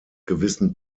gewissen